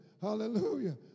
Hallelujah